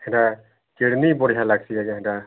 ଏଇଟା ଚିର୍ଣୀ ବଢ଼ିଆ ଲାଗ୍ସି ଆଜ୍ଞା ହେଇଟା